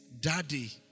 daddy